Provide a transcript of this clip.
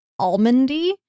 almondy